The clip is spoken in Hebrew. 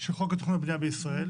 של חוק התכנון והבנייה בישראל,